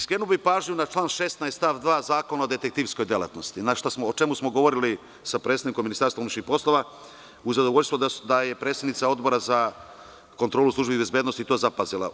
Skrenuo bih pažnju na član 16. stav 2. Zakona o detektivskoj delatnosti, o čemu smo govorili sa predstavnikom MUP-a, uz zadovoljstvo da je predsednica Odbora za kontrolu službi bezbednosti to zapazila.